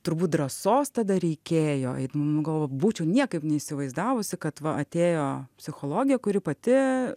turbūt drąsos tada reikėjo eit nu galvoju būčiau niekaip neįsivaizdavusi kad va atėjo psichologė kuri pati